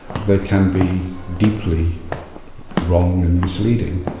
they can be deeply wrong and misleading.